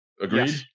Agreed